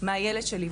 מהילד שלי,